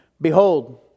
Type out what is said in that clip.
Behold